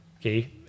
okay